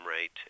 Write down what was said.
rate